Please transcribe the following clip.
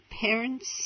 parents